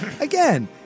again